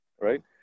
right